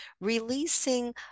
releasing